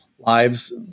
lives